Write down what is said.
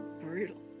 brutal